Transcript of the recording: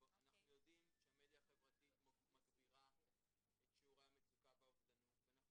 אנחנו יודעים שהמדיה החברתית מגבירה את שיעורי המצוקה והאובדנות ואנחנו